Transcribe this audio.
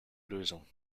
lösung